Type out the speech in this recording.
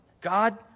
God